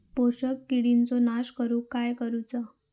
शोषक किडींचो नाश करूक काय करुचा?